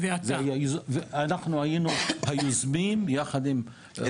אנחנו היינו היוזמים יחד עם חבר הכנסת אחמד